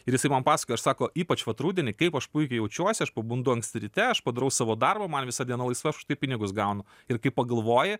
ir jisai man pasakoja aš sako ypač vat rudenį kaip aš puikiai jaučiuosi aš pabundu anksti ryte aš padarau savo darbą man visa diena laisva aš už tai pinigus gaunu ir kai pagalvoji